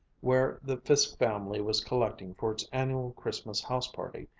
where the fiske family was collecting for its annual christmas house-party,